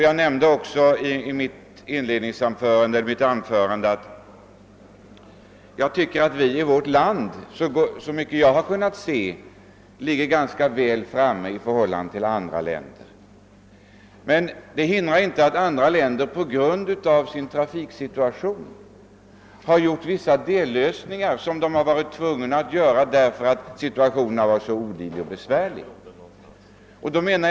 Jag nämnde också i mitt förra anförande att vi i vårt land, såvitt jag har kunnat se, ligger ganska väl framme i: förhållande till andra länder. Det hindrar emellertid inte att andra länder har genomfört vissa dellöshingar, som de har tvingats till därför att deras trafiksituation har varit olidligt svår.